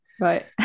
Right